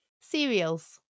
Cereals